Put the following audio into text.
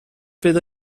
پیدا